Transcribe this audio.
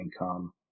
income